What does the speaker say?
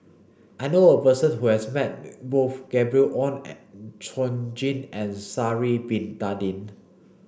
I know a person who has met both Gabriel Oon Chong Jin and Sha'ari bin Tadin